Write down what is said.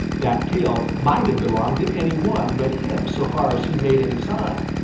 that tail might have belonged to any one but him so far as he made any sign.